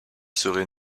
serait